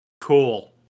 Cool